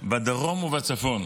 בדרום ובצפון.